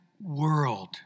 world